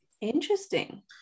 Interesting